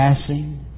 passing